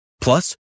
Plus